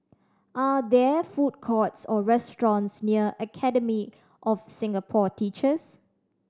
are there food courts or restaurants near Academy of Singapore Teachers